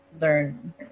learn